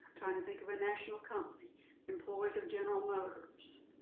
trying to think of a national company employees of general motors.